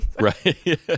Right